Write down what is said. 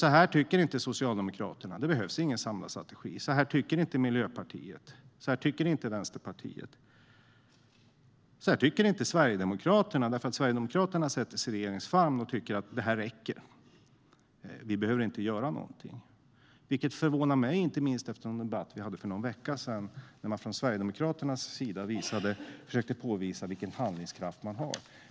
Så här tycker nämligen inte Socialdemokraterna - de tycker inte att det behövs någon samlad strategi. Så här tycker inte Miljöpartiet. Så här tycker inte Vänsterpartiet. Och så här tycker inte Sverigedemokraterna. Sverigedemokraterna placerar sig i regeringens famn och tycker att det här räcker. De tycker inte att vi behöver göra någonting. Det förvånar mig, inte minst med tanke på den debatt som vi hade för någon vecka sedan där man från Sverigedemokraternas sida försökte påvisa vilken handlingskraft man har.